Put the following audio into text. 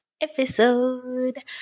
episode